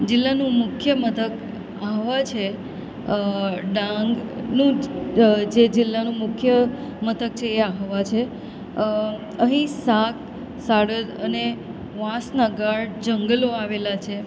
જિલ્લાનું મુખ્ય મથક આહવા છે ડાંગનું જે જિલ્લાનું મુખ્ય મથક છે એ આહવા છે અહીં સાગ સાળદ અને વાંસના ગાઢ જંગલો આવેલા છે